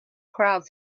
crowd